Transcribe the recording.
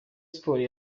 sports